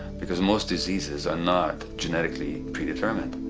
because most diseases are not genetically predetermined.